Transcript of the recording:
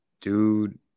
Dude